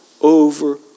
over